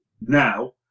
Now